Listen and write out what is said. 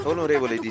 Onorevole